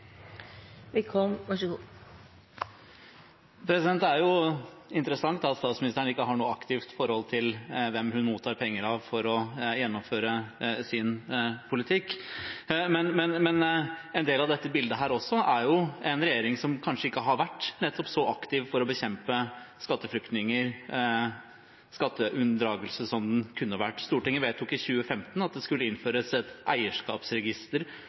for å gjennomføre sin politikk. Men en del av dette bildet er jo også en regjering som kanskje ikke har vært så aktiv for å bekjempe skatteflyktninger, skatteunndragelser, som den kunne vært. Stortinget vedtok i 2015 at det skulle innføres et eierskapsregister